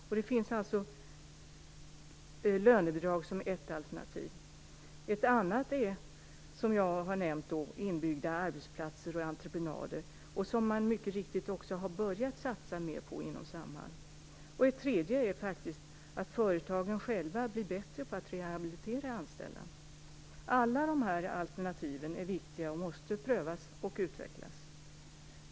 Ett annat alternativ är inbyggda arbetsplatser och entreprenader, som jag har nämnt. Det har man mycket riktigt också börjat satsa mer på inom Samhall. Ett tredje alternativ är att företagen själva blir bättre på att rehabilitera anställda. Alla dessa alternativ är viktiga och måste prövas och utvecklas.